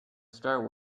star